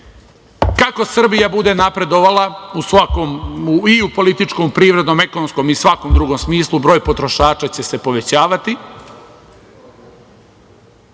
Kako Srbija bude napredovala u svakom, i u političkom, privrednom, ekonomskom i svakom drugom smislu broj potrošača će se povećavati,